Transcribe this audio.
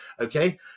okay